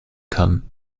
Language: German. kann